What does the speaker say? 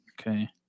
okay